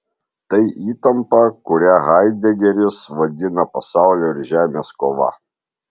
tai įtampa kurią haidegeris vadina pasaulio ir žemės kova